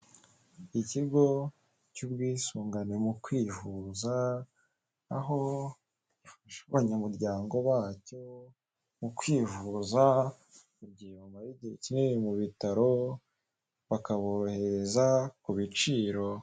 Ikigo cy'ubwisungane mu kwivuza aho bafasha abanyamuryango bacyo mu kwivuza mu gihe bamara igihe kinini mu bitaro bakaborohereza ku biciro.